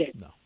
No